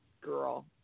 girl